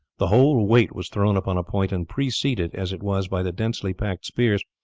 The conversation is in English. the whole weight was thrown upon a point, and preceded, as it was, by the densely-packed spears,